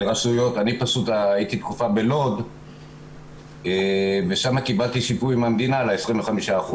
אני הייתי תקופה בלוד ושם קיבלתי שיפוי מהמדינה על ה-25%.